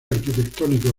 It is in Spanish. arquitectónico